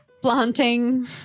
planting